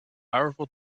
powerful